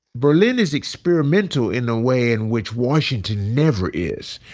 berlin is experimental in a way in which washington never is.